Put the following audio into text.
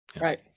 Right